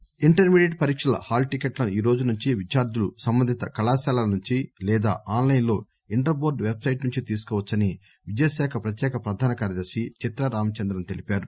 hall టికెట్లు intermediate పరీక్షల హాల్టికెట్లను ఈరోజు నుంచి విద్యార్దులు సంబంధిత కళాశాలనుంచి లేదా ఆస్లైస్లో ఇంటర్ టోర్డు పెబ్సైట్నుంచి తీసుకోవచ్చని విద్యాశాఖ ప్రత్యేక ప్రధాన కార్యదర్శి చిత్రారామచంద్రన్ తెలిపారు